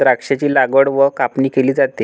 द्राक्षांची लागवड व कापणी केली जाते